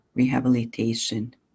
Rehabilitation